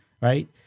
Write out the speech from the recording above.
right